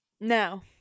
now